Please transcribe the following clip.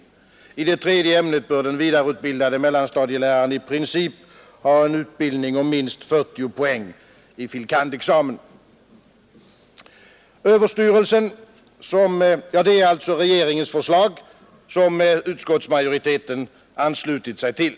I det tredje ämnet bör den vidareutbildade mellanstadieläraren i princip ha en utbildning om minst 40 poäng i fil. kand.-examen,. Detta är alltså regeringens förslag, som utskottsmajoriteten har anslutit sig till.